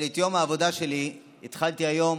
אבל את יום העבודה שלי התחלתי היום